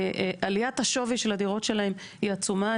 עליית השווי של הדירות שלהם היא עצומה.